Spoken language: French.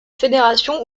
fédération